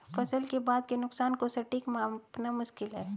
फसल के बाद के नुकसान को सटीक मापना मुश्किल है